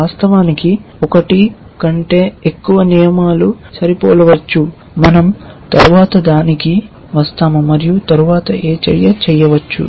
వాస్తవానికి ఒకటి కంటే ఎక్కువ నియమాలు సరిపోలవచ్చు మనం తరువాత దానికి వస్తాము మరియు తరువాత ఏ చర్య చేయవచ్చు